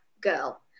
girl